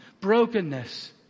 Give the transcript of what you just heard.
brokenness